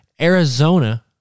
Arizona